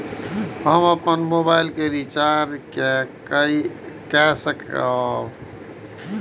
हम अपन मोबाइल के रिचार्ज के कई सकाब?